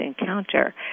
encounter